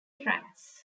tracks